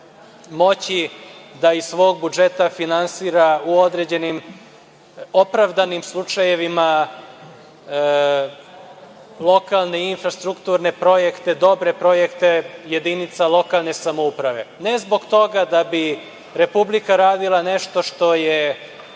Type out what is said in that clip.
moći da iz svog budžeta finansira u određenim opravdanim slučajevima lokalne infrastrukturne projekte, dobre projekte jedinica lokalne samouprave. Ne zbog toga da bi Republika radila nešto što je